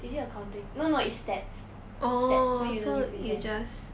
is it accounting no no it's stats stats so you don't need present